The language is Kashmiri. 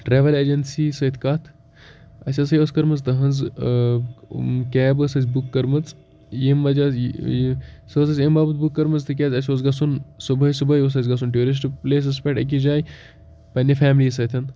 ٹرٛیوٕل اٮ۪جَنسی سۭتۍ کَتھ اَسہِ ٲس یُہُس کٔرمٕژ تٕہٕنٛز کیب ٲس اَسہِ بُک کٔرمٕژ ییٚمۍ وَجہ حظ یہِ سۄ حظ ٲس اَسہِ امہِ باپَتھ بُک کٔرمٕژ تِکیٛازِ اَسہِ اوس گژھُن صُبحٲے صُبحٲے اوس اَسہِ گژھُن ٹیوٗرِسٹہٕ پٕلیسَس پٮ۪ٹھ أکِس جایہِ پنٛنہِ فیملی سۭتۍ